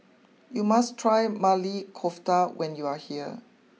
you must try Maili Kofta when you are here